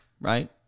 right